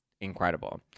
incredible